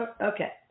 Okay